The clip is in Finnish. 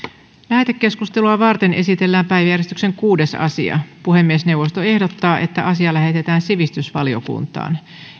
lähetekeskustelua varten esitellään päiväjärjestyksen kuudes asia puhemiesneuvosto ehdottaa että asia lähetetään sivistysvaliokuntaan